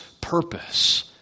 purpose